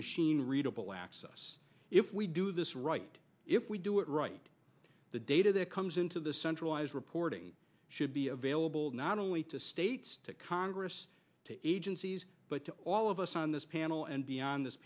machine readable access if we do this right if we do it right the data that comes into the centralized reporting should be available not only to states to congress to agencies but to all of us on this panel and beyond this